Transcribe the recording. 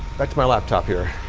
back to my laptop here.